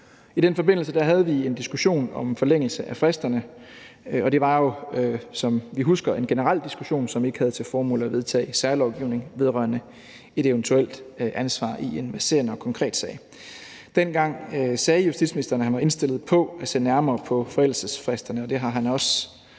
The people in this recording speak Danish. I den forbindelse havde vi en diskussion om en forlængelse af fristerne, og det var jo, som vi husker, en generel diskussion, som ikke havde til formål at vedtage særlovgivning vedrørende et eventuelt ansvar i en verserende og konkret sag. Dengang sagde justitsministeren, at han var indstillet på at se nærmere på forældelsesfristerne, og det har